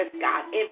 God